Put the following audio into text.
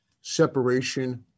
separation